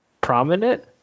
prominent